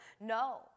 No